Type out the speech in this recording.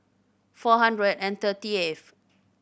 four hundred and thirty eighth